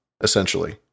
essentially